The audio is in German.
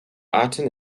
arten